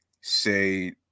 say